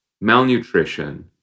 malnutrition